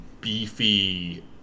beefy